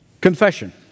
Confession